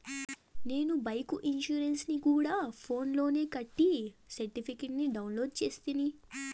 నేను బైకు ఇన్సూరెన్సుని గూడా ఫోన్స్ లోనే కట్టి సర్టిఫికేట్ ని డౌన్లోడు చేస్తిని